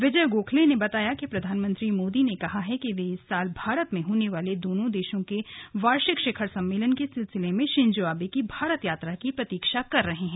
विजय गोखले ने बताया कि प्रधानमंत्री मोदी ने कहा है कि वे इस साल भारत में होने वाले दोनों देशों के वार्षिक शिखर सम्मेलन के सिलसिले में शिंजो आबे की भारत यात्रा की प्रतीक्षा कर रहे हैं